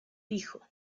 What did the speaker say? dijo